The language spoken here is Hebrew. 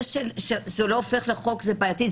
זה שזה לא הופך לחוק זה בעייתי.